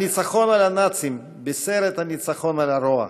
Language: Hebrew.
הניצחון על הנאצים בישר את הניצחון על הרוע,